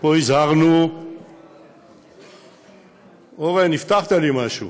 ופה הזהרנו, אורן, הבטחת לי משהו.